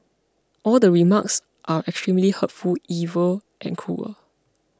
all the remarks are extremely hurtful evil and cruel